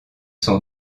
sont